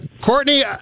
Courtney